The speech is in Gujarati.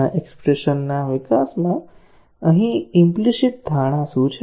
આ એક્ષ્પ્રેશન ના વિકાસમાં અહીં ઈમ્પલીસીટ ધારણા શું છે